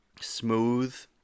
smooth